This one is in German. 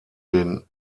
den